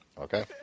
Okay